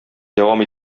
дәвам